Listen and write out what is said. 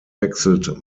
wechselt